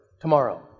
tomorrow